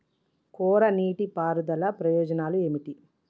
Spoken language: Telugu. కోరా నీటి పారుదల ప్రయోజనాలు ఏమిటి?